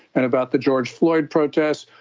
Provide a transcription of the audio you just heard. and about the george floyd protests,